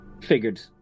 figured